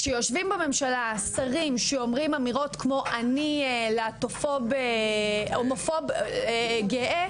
כשיושבים בממשלה שרים שאומרים אמירות כמו: אני הומופוב גאה,